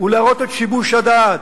ולהראות את שיבוש הדעת,